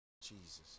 Jesus